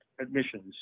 admissions